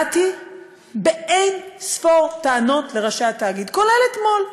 באתי באין-ספור טענות לראשי התאגיד, כולל אתמול,